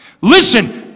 Listen